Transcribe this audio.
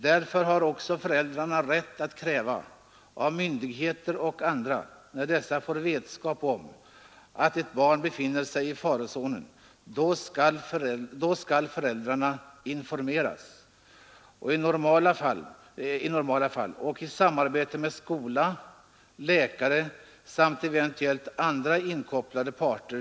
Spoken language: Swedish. Därför har föräldrarna också rätt att kräva att bli informerade av myndigheter och andra, när dessa får vetskap om att ett barn befinner sig i farozonen, och att få medverka till att lösa problemen i samarbete med skola, läkare och eventuellt andra inkopplade parter.